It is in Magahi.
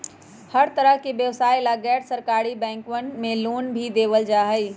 हर तरह के व्यवसाय ला गैर सरकारी बैंकवन मे लोन भी देवल जाहई